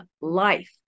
life